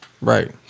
Right